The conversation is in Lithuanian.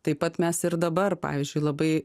taip pat mes ir dabar pavyzdžiui labai